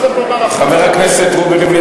חבר הכנסת רובי ריבלין,